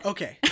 Okay